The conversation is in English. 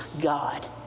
God